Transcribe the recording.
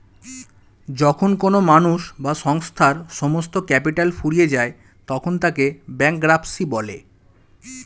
যখন কোনো মানুষ বা সংস্থার সমস্ত ক্যাপিটাল ফুরিয়ে যায় তখন তাকে ব্যাঙ্করাপ্সি বলে